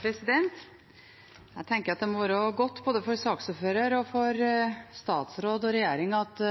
Jeg tenker at det må være godt for både saksordføreren, statsråden og regjeringen at